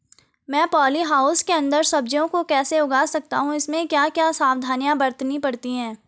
मैं poly house के अन्दर सब्जियों को कैसे उगा सकता हूँ इसमें क्या क्या सावधानियाँ बरतनी पड़ती है?